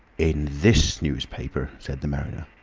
in this newspaper, said the mariner.